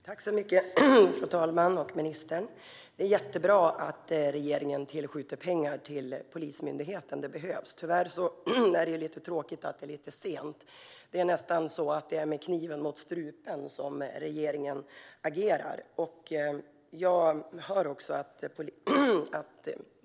Fru talman! Det är jättebra att regeringen skjuter till pengar till Polismyndigheten - det behövs. Det är tråkigt att det tyvärr är lite sent. Det är nästan med kniven mot strupen som regeringen agerar.